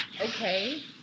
Okay